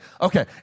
okay